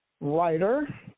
writer